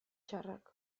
txarrak